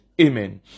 Amen